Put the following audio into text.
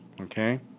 okay